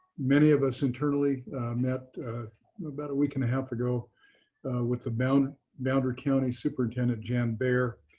many of us internally met about a week and a half ago with the boundary boundary county superintendent, jan bayer,